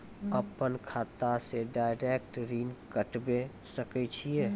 अपन खाता से डायरेक्ट ऋण कटबे सके छियै?